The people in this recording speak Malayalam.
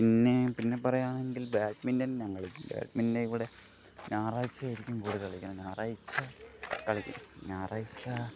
പിന്നെ പിന്നെ പറയുകയാണെങ്കിൽ ബാഡ്മിൻറ്റൺ ഞാൻ കളിക്കും ബാഡ്മിൻറ്റൺ ഇവിടെ ഞായറാഴ്ചയായിരിക്കും കൂടുതൽ കളിക്കുന്നത് ഞായറാഴ്ച കളിക്കും ഞായറാഴ്ച